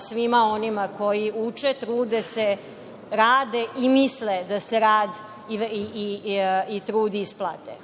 svima onima koji uče, trude se, rade i misle da se rad i trud isplate. Mnogo